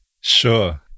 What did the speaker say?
Sure